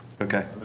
Okay